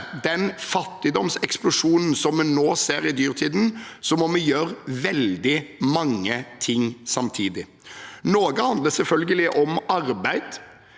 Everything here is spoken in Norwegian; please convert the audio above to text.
den fattigdomseksplosjonen som vi nå ser i dyrtiden, må vi gjøre veldig mange ting samtidig. Noe handler selvfølgelig om arbeid.